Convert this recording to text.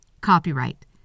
Copyright